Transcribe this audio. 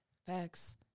Facts